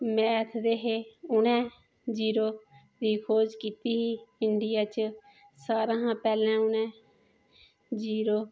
math दे हे उ'नें जीरो दी खोज कीती ही इंडिया च सारें कशा पैह्लें उ'नें जीरो